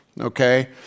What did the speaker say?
okay